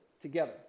together